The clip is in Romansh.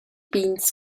pigns